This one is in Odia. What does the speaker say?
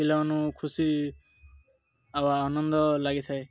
ପିଲାମାନଙ୍କୁ ଖୁସି ବା ଆନନ୍ଦ ଲାଗିଥାଏ